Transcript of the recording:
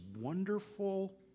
wonderful